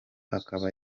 akaba